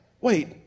wait